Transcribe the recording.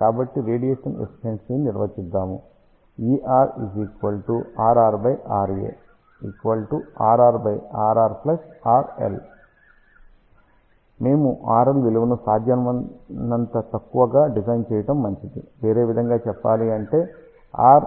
కాబట్టి radiation efficiency ని నిర్వచిద్దాము మేము RL విలువను సాధ్యమైనంత తక్కువగా డిజైన్ చేయడం మంచిది వేరే విధంగా చెప్పాలంటే Rr